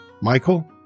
Michael